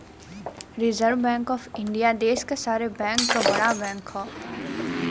reserve bank of India देश क सारे बैंक क बड़ा बैंक हौ